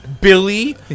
Billy